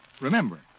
Remember